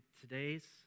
today's